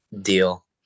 deal